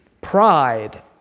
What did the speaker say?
pride